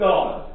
God